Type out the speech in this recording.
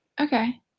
Okay